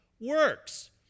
works